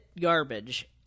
garbage